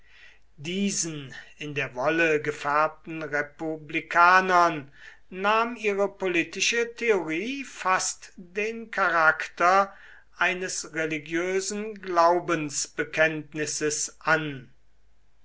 diesen in der wolle gefärbten republikanern nahm ihre politische theorie fast den charakter eines religiösen glaubensbekenntnisses an